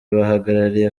bahagarariye